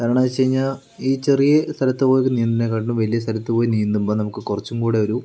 കാരണം വെച്ച് കഴിഞ്ഞാൽ ഈ ചെറിയ സ്ഥലത്തുപോലും നീന്തണതിനെക്കാട്ടിലും വലിയ സ്ഥലത്ത് പോയി നീന്തുമ്പോൾ നമുക്ക് കുറച്ചും കൂടി ഒരു